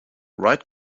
right